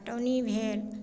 पटौनी भेल